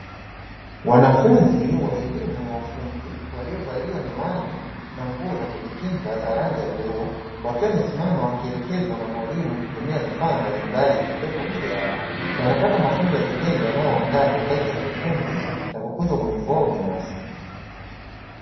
Wanafunzi wa elimu ya ufundi waliovalia miwani na nguo za kujikinga za rangi ya bluu, wakiwa wamesimama wakielekezwa na mwalimu kutumia vifaa mbalimbali vilivyopo mbele yao, wanapata mafunzo ya vitendo wanayoandaa kwa kazi za kiufundi, na kukuza ubunifu wao binafsi.